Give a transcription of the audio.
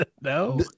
No